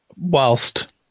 whilst